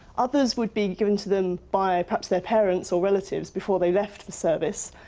others would be given to them by perhaps their parents or relatives before they left for service.